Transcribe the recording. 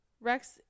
Rex